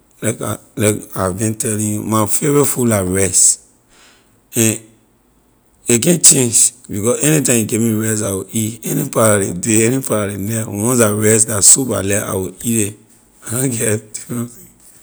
Like I like I been telling you my favorite food la rice and a can change because anytime you give me rice I will eat any part of ley day any part of ley night once la rice la soup I like I will eat ley I na get.